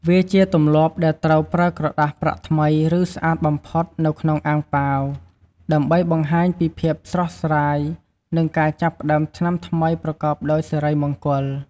វាជាទម្លាប់ដែលត្រូវប្រើក្រដាសប្រាក់ថ្មី ឬស្អាតបំផុតនៅក្នុងអាំងប៉ាវ ដើម្បីបង្ហាញពីភាពស្រស់ស្រាយ និងការចាប់ផ្ដើមឆ្នាំថ្មីប្រកបដោយសិរីមង្គល។